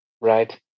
right